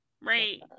right